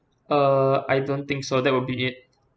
uh I don't think so that will be it